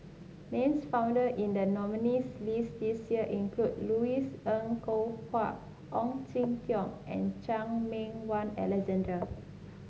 names found in the nominees' list this year include Louis Ng Kok Kwang Ong Jin Teong and Chan Meng Wah Alexander